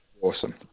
Awesome